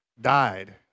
Died